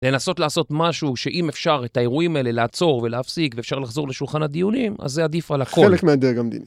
לנסות לעשות משהו שאם אפשר את האירועים האלה לעצור ולהפסיק ואפשר לחזור לשולחן הדיונים, אז זה עדיף על הכל. חלק מהדרג המדיני.